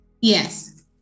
Yes